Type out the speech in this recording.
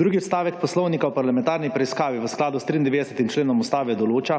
Drugi odstavek Poslovnika o parlamentarni preiskavi v skladu s 93. členom Ustave določa,